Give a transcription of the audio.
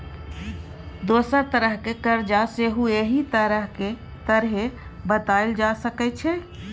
दोसर तरहक करजा सेहो एहि तरहें बताएल जा सकै छै